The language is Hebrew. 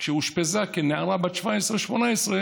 כשהיא אושפזה כנערה בת 17 18,